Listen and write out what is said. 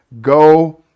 go